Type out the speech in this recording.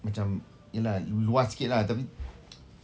macam ya lah luas sikit lah tapi